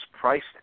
priced